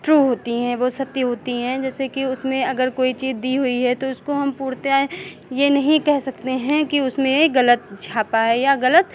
true होती हैं वो सत्य होती हैं जैसे कि उसमें अगर कोई चीज़ दी हुई है तो उसको हम पूर्णतया ये नहीं कह सकते हैं कि उसमे ग़लत छापा है या ग़लत